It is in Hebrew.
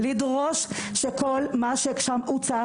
לדרוש שכל מה ששם הוצע,